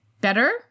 better